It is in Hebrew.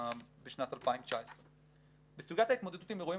בשנת 2019. בסוגיית ההתמודדות עם אירועים,